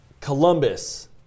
Columbus